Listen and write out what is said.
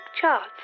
charts